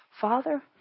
Father